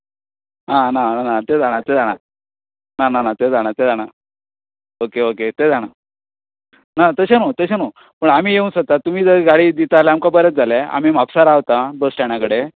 ना ना ना त्यो जाणा त्यो जाणा ना ना ना त्यो जाणा त्यो जाणा ना तशें न्हू तशें न्हू पूण आमी येवूंक सोदतात तुमी जर गाडी दितात जाल्यार आमकां बरें जालें आमी म्हापश्या रावता बस स्टँडा कडेन